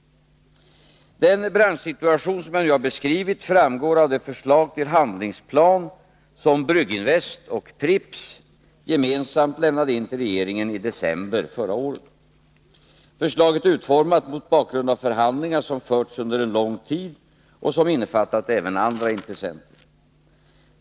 Den branschsituation som jag nu har beskrivit framgår av det förslag till handlingsplan som Brygginvest och Pripps gemensamt lämnade in till regeringen i december förra året. Förslaget är utformat mot bakgrund av förhandlingar som förts under en lång tid och som innefattat även andra intressenter.